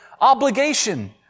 obligation